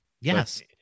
Yes